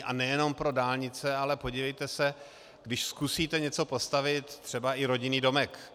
A nejenom pro dálnice, ale podívejte se, když zkusíte něco postavit, třeba i rodinný domek.